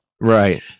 Right